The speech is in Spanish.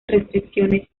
restricciones